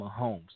Mahomes